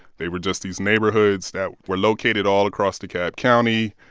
they were just these neighborhoods that were located all across dekalb county.